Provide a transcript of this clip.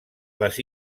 les